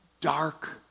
dark